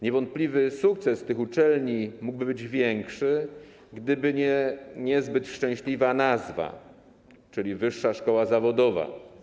Niewątpliwie sukces tych uczelni mógłby być większy, gdyby nie niezbyt szczęśliwa nazwa, czyli wyższa szkoła zawodowa.